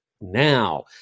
now